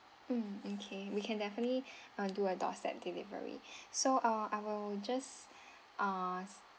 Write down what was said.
mm mm okay we can definitely uh do a doorstep delivery so uh I will just uh